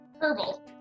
Herbal